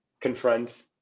confront